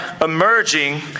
emerging